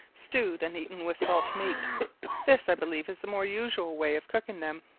stewed and eaten with salt meat this, i believe, is the more usual way of cooking them.